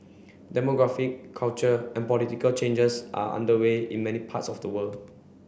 demographic cultural and political changes are underway in many parts of the world